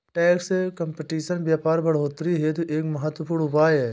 tax competition व्यापार बढ़ोतरी हेतु एक महत्वपूर्ण उपाय है